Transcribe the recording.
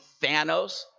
Thanos